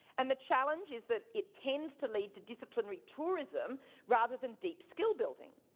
and the challenge is that it tends to lead to disciplinary tourism rather than deep skill building.